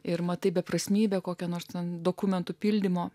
ir matai beprasmybė kokia nors ten dokumentų pildymo